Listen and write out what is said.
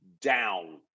down